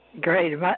Great